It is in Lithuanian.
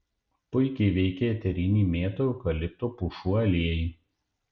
puikiai veikia eteriniai mėtų eukalipto pušų aliejai